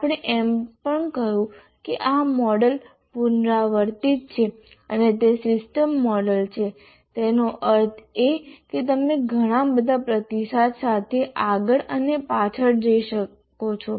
આપણે એમ પણ કહ્યું કે આ મોડેલ પુનરાવર્તિત છે અને તે સિસ્ટમ મોડલ છે તેનો અર્થ એ કે તમે ઘણા બધા પ્રતિસાદ સાથે આગળ અને પાછળ જઈ રહ્યા છો